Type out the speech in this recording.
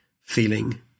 feeling